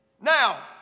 Now